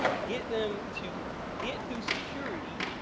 get them to get through security.